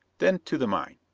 then to the mine.